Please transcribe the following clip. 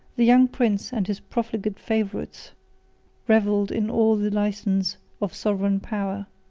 the young prince and his profligate favorites revelled in all the license of sovereign power